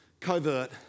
covert